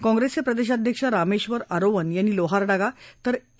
काँप्रेसचे प्रदेशाध्यक्ष रामेक्षर आरोवन यांनी लोहारडागा तर ए